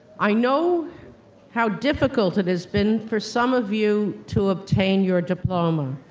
i know how difficult it has been for some of you to obtain your diploma.